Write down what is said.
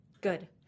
Good